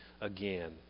again